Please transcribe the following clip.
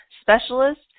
specialist